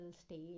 stage